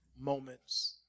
moments